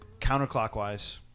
counterclockwise